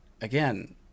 again